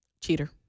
Cheater